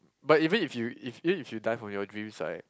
but even if you if even if you die for your dreams right